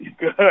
good